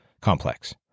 complex